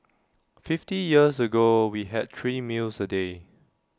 fifty years ago we had three meals A day